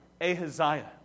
Ahaziah